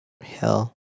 hell